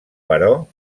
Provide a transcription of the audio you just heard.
però